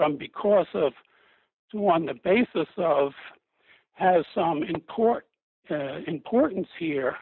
from the course of two on the basis of has some court importance here